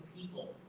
people